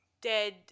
dead